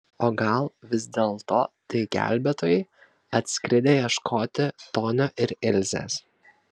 o gal vis dėlto tai gelbėtojai atskridę ieškoti tonio ir ilzės